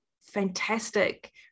fantastic